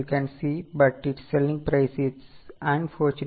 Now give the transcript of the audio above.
So will you take 60